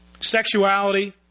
sexuality